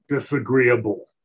disagreeable